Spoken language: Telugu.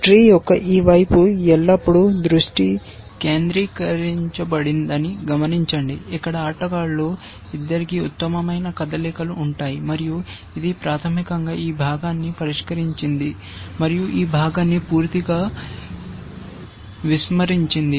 ట్రీ యొక్క ఈ వైపు ఎల్లప్పుడూ దృష్టి కేంద్రీకరించబడిందని గమనించండి ఇక్కడ ఆటగాళ్ళు ఇద్దరికీ ఉత్తమమైన కదలికలు ఉంటాయి మరియు ఇది ప్రాథమికంగా ఈ భాగాన్ని పరిష్కరించింది మరియు ఈ భాగాన్ని పూర్తిగా విస్మరించింది